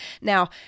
Now